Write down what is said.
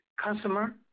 customer